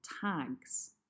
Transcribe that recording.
tags